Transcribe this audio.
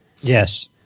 yes